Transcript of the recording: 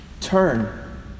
Turn